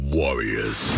warriors